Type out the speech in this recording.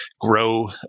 grow